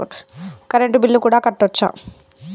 Current bill కూడా కట్టొచ్చా?